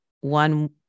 one